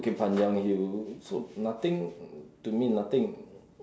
bukit-panjang hill so nothing to me nothing